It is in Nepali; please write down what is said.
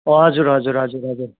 हजुर हजुर हजुर हजुर